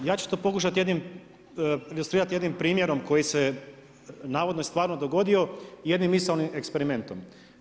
Ja ću to pokušati ilustrirati jednim primjerom koji se navodno i stvarno dogodio i jednim misaonim eksperimentom.